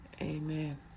Amen